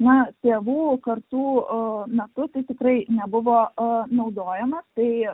tėvų kartų metu tai tikrai nebuvo naudojama tai